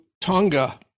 Tonga